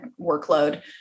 workload